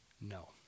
No